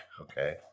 Okay